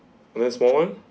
is that small {one]